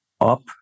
up